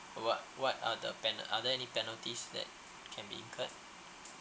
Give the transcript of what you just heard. uh what what are the penal~ are there any penalties that can be incurred